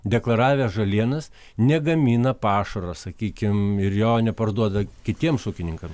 deklaravę žalienas negamina pašaro sakykim ir jo neparduoda kitiems ūkininkam